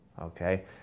Okay